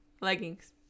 leggings